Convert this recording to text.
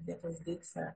vietos deiksė